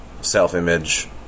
self-image